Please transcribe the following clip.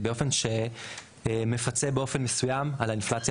באופן שמפצה באופן מסוים על האינפלציה